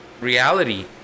reality